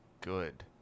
good